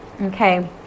Okay